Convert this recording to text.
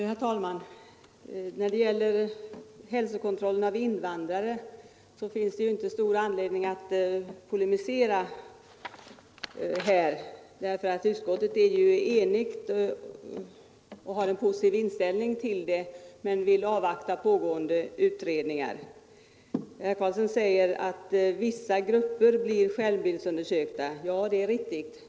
Herr talman! När det gäller hälsokontrollen av invandrare finns det inte stor anledning att polemisera här, eftersom utskottet är enigt och har en positiv inställning till den men vill avvakta resultatet av pågående utredningar. Herr Karlsson i Huskvarna säger att vissa grupper blir skärmbildsundersökta. Det är riktigt.